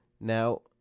Now